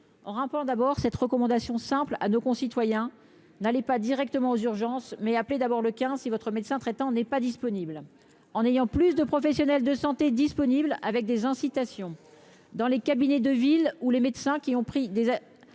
en rappelant d'abord cette recommandation simple à nos concitoyens n'allait pas directement aux urgences, mais appeler d'abord le quinze si votre médecin traitant n'est pas disponible en ayant plus de professionnels de santé disponible avec des incitations dans les cabinets de ville ou les médecins qui ont pris des